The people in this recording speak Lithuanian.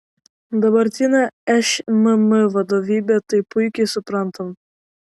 dabartinė šmm vadovybė tai puikiai supranta